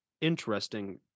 interesting